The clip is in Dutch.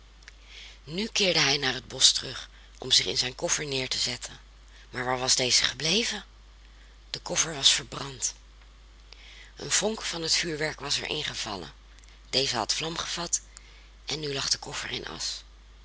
nu keerde hij naar het bosch terug om zich in zijn koffer neer te zetten maar waar was deze gebleven de koffer was verbrand een vonk van het vuurwerk was er ingevallen deze had vlam gevat en nu lag de koffer in